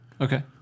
Okay